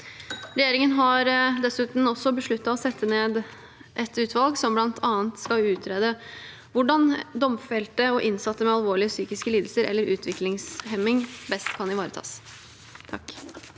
Regjeringen har dessuten besluttet å sette ned et utvalg som bl.a. skal utrede hvordan domfelte og innsatte med alvorlige psykiske lidelser eller utviklingshemming best kan ivaretas.